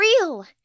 Real